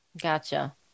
Gotcha